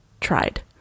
tried